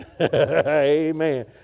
amen